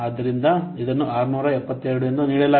ಆದ್ದರಿಂದ ಇದನ್ನು 672 ಎಂದು ನೀಡಲಾಗಿದೆ